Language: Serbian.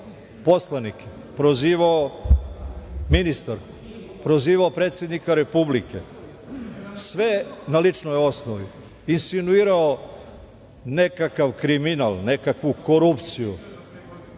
poslanike, prozivao ministarku, prozivao predsednika Republike, i to sve na ličnoj osnovi, insinuirao nekakav kriminal, nekakvu korupciju,